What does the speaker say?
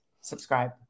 Subscribe